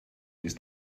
ist